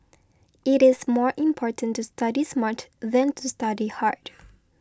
it is more important to study smart than to study hard